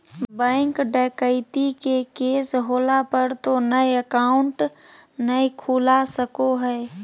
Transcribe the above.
bank डकैती के case होला पर तो नया अकाउंट नय खुला सको हइ